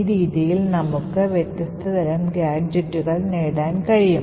ഈ രീതിയിൽ നമുക്ക് വ്യത്യസ്ത തരം ഗാഡ്ജെറ്റുകൾ നേടാൻ കഴിയും